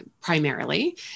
primarily